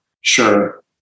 Sure